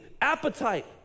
appetite